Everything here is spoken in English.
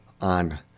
on